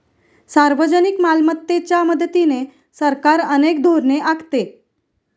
सार्वजनिक मालमत्तेच्या मदतीने सरकार अनेक धोरणे आखते